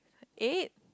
eight